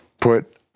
put